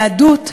היהדות,